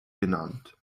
genannt